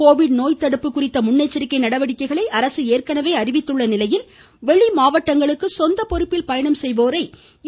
Covid நோய் தடுப்பு குறித்த முன்னெச்சரிக்கை நடவடிக்கைகளை அரசு ஏற்கனவே அறிவித்துள்ள நிலையில் வெளி மாவட்டங்களுக்கு சொந்த பொறுப்பில் பயணம் செய்வோரை இ